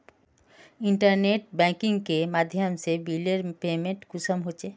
Internet banking के माध्यम से बिलेर पेमेंट कुंसम होचे?